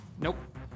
Nope